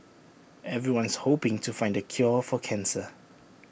everyone's hoping to find the cure for cancer